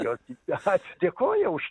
jos atsidėkoja už